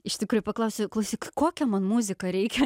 iš tikrųjų paklausiau klausyk kokią man muziką reikia